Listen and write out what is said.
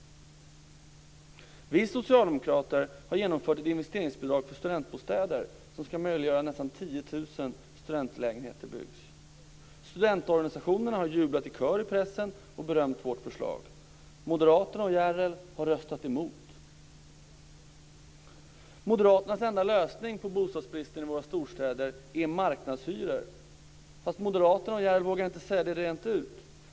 Vi socialdemokrater har genomfört ett investeringsbidrag för studentbostäder som ska möjliggöra att nästan 10 000 studentlägenheter byggs. Studentorganisationerna har jublat i kör i pressen och berömt vårt förslag. Moderaterna och Järrel har röstat emot. Moderaternas enda lösning på bostadsbristen i våra storstäder är marknadshyror. Fast moderaterna och Järell vågar inte säga det rent ut.